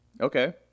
Okay